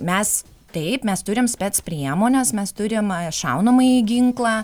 mes taip mes turim spec priemones mes turim šaunamąjį ginklą